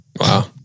Wow